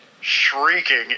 shrieking